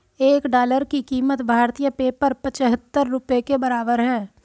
एक डॉलर की कीमत भारतीय पेपर पचहत्तर रुपए के बराबर है